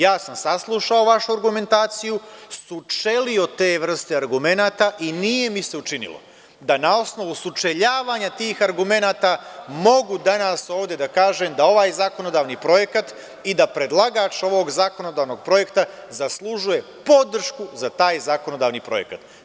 Ja sam saslušao vašu argumentaciju, sučelio te vreste argumenata i nije mi se učinilo da na osnovu sučeljavanja tih argumenata mogu danas ovde da kažem da ovaj zakonodavni projekat i da predlagač ovog zakonodavnog projekta zaslužuje podršku za taj zakonodavni projekat.